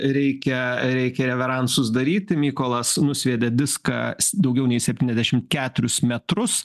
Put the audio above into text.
reikia reikia reveransus daryt mykolas nusviedė diską daugiau nei septyniasdešim keturis metrus